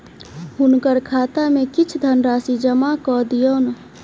हुनकर खाता में किछ धनराशि जमा कय दियौन